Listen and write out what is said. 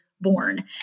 born